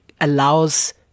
allows